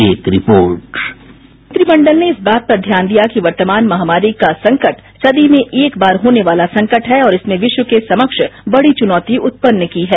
एक report byte अलका मंत्रिमंडल ने इस बात पर ध्यान दिया कि वर्तमान महामारी का संकट सदी में एक बार होने वाला संकट है और इसने विस्प के सम्रष्ट बड़ी चुनौती उत्पन्न की है